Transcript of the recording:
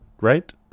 right